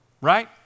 right